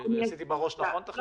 עשיתי בראש נכון את החישוב?